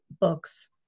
books